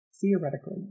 Theoretically